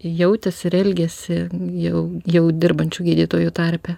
jautėsi ir elgėsi jau jau dirbančių gydytojų tarpe